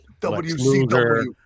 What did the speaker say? WCW